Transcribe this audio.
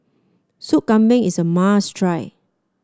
Soup Kambing is a must try